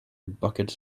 buckets